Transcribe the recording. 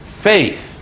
faith